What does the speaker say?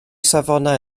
safonau